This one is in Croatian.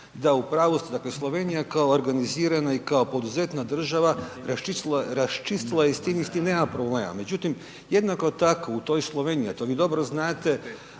Da u pravu ste da Slovenija kao organizirana i kao poduzetna država raščistila je i s tim, i s tim nema problema, međutim jednako tako u toj Sloveniji, a to vi dobro znate